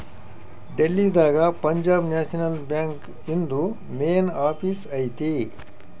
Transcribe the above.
ಡೆಲ್ಲಿ ದಾಗ Punjab National Bank ಇಂದು main office ಐತಿ